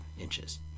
inches